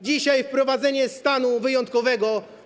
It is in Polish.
Dzisiaj wprowadzenie stanu wyjątkowego.